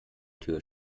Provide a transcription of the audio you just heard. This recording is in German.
tür